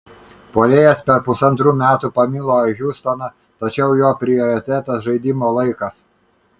puolėjas per pusantrų metų pamilo hjustoną tačiau jo prioritetas žaidimo laikas